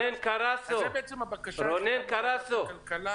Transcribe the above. אז זו בעצם הבקשה היחידה מוועדת הכלכלה,